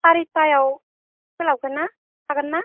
सारिथायाव सोलाबगोनना थागोनना